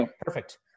Perfect